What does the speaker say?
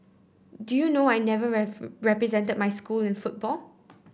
do you know I never represented my school in football